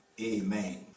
Amen